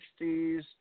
60s